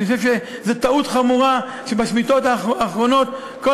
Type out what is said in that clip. אני חושב שזו טעות חמורה שבשמיטות האחרונות כל